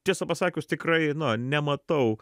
tiesą pasakius tikrai nematau